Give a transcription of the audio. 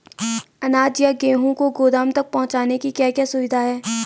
अनाज या गेहूँ को गोदाम तक पहुंचाने की क्या क्या सुविधा है?